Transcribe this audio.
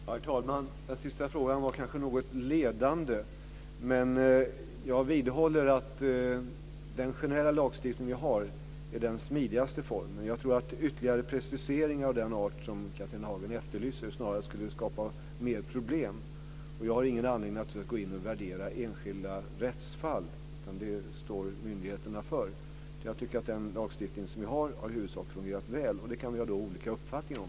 Herr talman! Den sista frågan var kanske något ledande, men jag vidhåller att den generella lagstiftning som vi har är den smidigaste formen. Jag tror att ytterligare preciseringar av den art Catharina Hagen efterlyser snarare skulle skapa fler problem. Jag har ingen anledning att gå in och värdera enskilda rättsfall. Det står myndigheterna för. Jag tycker att den lagstiftning som vi har i huvudsak har fungerat väl. Det kan vi sedan naturligtvis ha olika uppfattningar om.